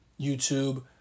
YouTube